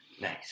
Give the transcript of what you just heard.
nice